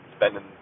spending